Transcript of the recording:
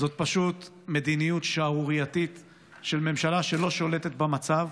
זאת פשוט מדיניות שערורייתית של ממשלה שלא שולטת במצב,